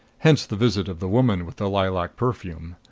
hence the visit of the woman with the lilac perfume.